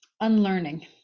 unlearning